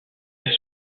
est